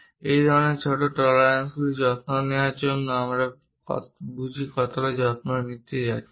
এই ধরনের ছোট টলারেন্সস যত্ন নেওয়ার জন্য আমরা কতটা যত্ন নিতে যাচ্ছি